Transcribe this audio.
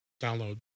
download